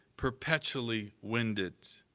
perpetually winded.